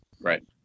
Right